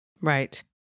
Right